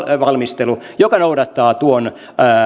valmistelu joka noudattaa tuon